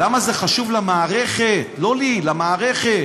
למה זה חשוב למערכת, לא לי, למערכת.